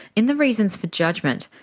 in the reasons for judgment,